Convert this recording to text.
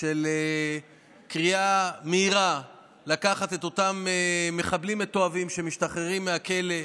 של קריאה מהירה לקחת את אותם מחבלים מתועבים שמשתחררים מהכלא,